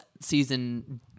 season